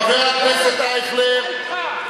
חבר הכנסת אייכלר,